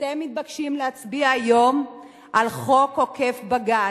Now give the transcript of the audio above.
אתם מתבקשים להצביע היום על חוק עוקף-בג"ץ,